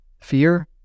fear